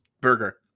burger